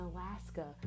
Alaska